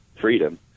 freedom